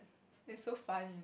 it's so fun